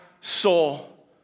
soul